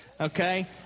okay